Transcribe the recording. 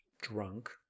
drunk